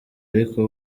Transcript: ariko